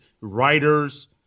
writers